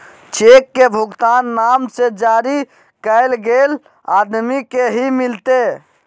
cheque के भुगतान नाम से जरी कैल गेल आदमी के ही मिलते